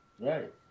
Right